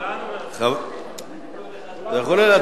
כולנו מוותרים.